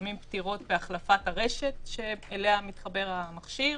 לפעמים פתירות בהחלפת הרשת שאליה מתחבר המכשיר,